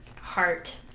heart